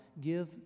Give